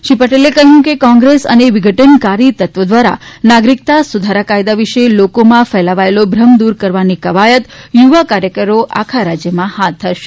શ્રી પટેલે કહ્યું કે કોંગ્રેસ અને વિઘટનકારી તત્વો દ્વારા નાગરિકતા સુધારા કાયદા વિષે લોકોમાં ફેલાવાયેલો ભ્રમ દૂર કરવાની કવાયત યુવા કાર્યકરો આખા રાજ્યમાં હાથ ધરશે